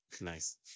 nice